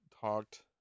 talked